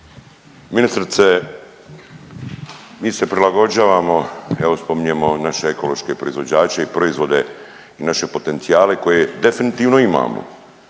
Ministrice, mi se prilagođavamo, evo spominjemo naše ekološke proizvođače i proizvode i naše potencijale koje definitivno imamo,